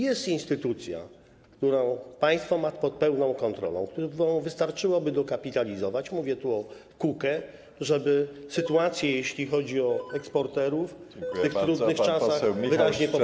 Jest instytucja, którą państwo ma pod pełną kontrolą, którą wystarczyłoby dokapitalizować, mówię tu o KUKE, żeby sytuację, jeśli chodzi o eksporterów w tych trudnych czasach wyraźnie poprawić.